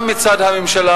גם מצד הממשלה,